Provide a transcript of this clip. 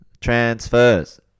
transfers